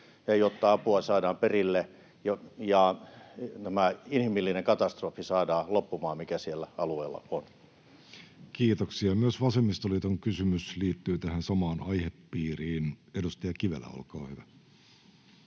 jotta apua saadaan perille ja tämä inhimillinen katastrofi saadaan loppumaan, mikä siellä alueella on. Myös vasemmistoliiton kysymys liittyy tähän samaan aihepiiriin. — Edustaja Kivelä, olkaa hyvä.